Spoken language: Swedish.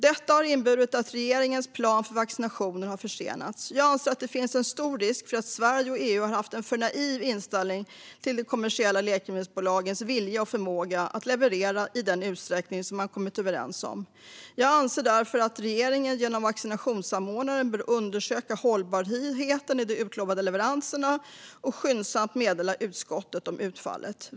Detta har inneburit att regeringens plan för vaccinationer har försenats. Jag anser att det finns en stor risk för att Sverige och EU har haft en för naiv inställning till de kommersiella läkemedelsbolagens vilja och förmåga att leverera i den utsträckning man har kommit överens om. Jag anser därför att regeringen genom vaccinsamordnaren bör undersöka hållbarheten i de utlovade leveranserna och skyndsamt meddela utskottet om utfallet.